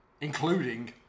including